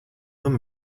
them